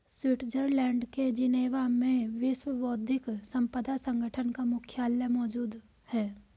Switzerland के Geneva में विश्व बौद्धिक संपदा संगठन का मुख्यालय मौजूद है